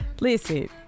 listen